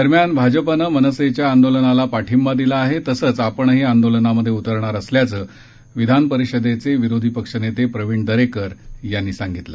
दरम्यान भाजपानं मनसेच्या आंदोलनाला पाठिंबा दिला आहे तसंच आपणही आंदोलनात उतरणार असल्याचं विधापरिषदेचे विरोधीपक्ष नेते प्रविण दरेकर यांनी सांगितलं